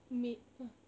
maid !huh!